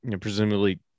presumably